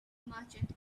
merchant